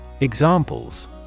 Examples